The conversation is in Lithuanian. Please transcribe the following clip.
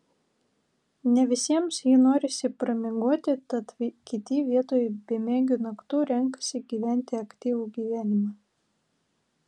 ne visiems jį norisi pramiegoti tad kiti vietoj bemiegių naktų renkasi gyventi aktyvų gyvenimą